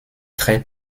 très